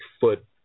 foot